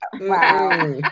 Wow